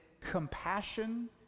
compassion